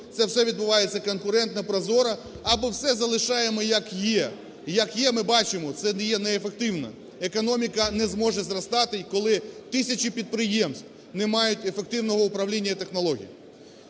це все відбуваєтьсяконкурентно, прозоро, або все залишаємо, як є. Як є, ми бачимо, це є неефективно. Економіка не зможе зростати, коли тисячі підприємств не мають ефективного управління і технологій.